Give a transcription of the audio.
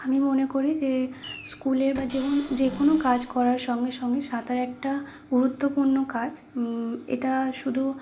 আমি মনে করি যে স্কুলের বা যেমন যেকোনো কাজ করার সঙ্গে সঙ্গে সাঁতার একটা গুরুত্বপূর্ণ কাজ এটা শুধু